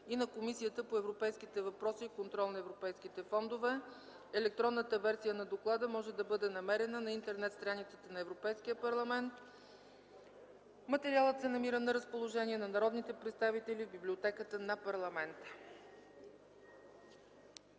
и на Комисията по европейските въпроси и Контрол на европейските фондове. Електронната версия на доклада може да бъде намерена на интернет страницата на Европейския парламент. Материалът се намира на разположение на народните представители в Библиотеката на парламента.